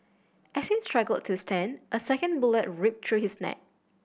as he struggled to stand a second bullet ripped through his neck